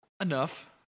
Enough